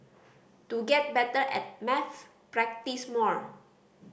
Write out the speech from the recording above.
to get better at maths practise more